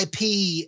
IP